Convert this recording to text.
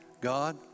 God